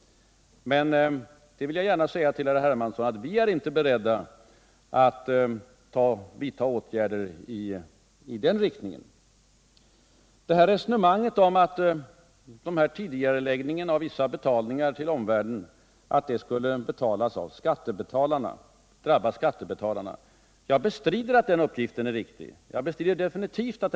Men jag vill gärna säga till herr Hermansson att vi inte är beredda att vidta åtgärder i den riktningen. Uppgiften att tidigareläggningen av vissa betalningar till omvärlden skulle drabba skattebetalarna bestrider jag definitivt.